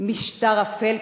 משטר אפל,